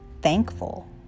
thankful